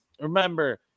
Remember